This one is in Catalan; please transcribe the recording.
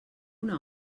una